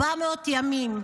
400 ימים.